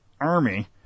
Army